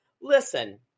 listen